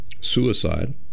suicide